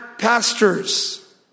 pastors